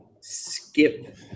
skip